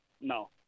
no